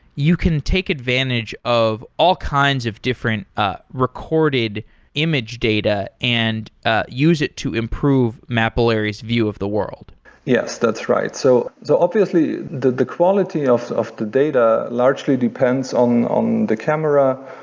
you can take advantage of all kinds of different ah recorded image data and ah use it to improve mapillary's view of the world yes, that's right. so so obviously, the the quality of of the data largely depends on on the camera,